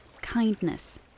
kindness